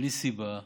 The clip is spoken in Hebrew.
בלי סיבה,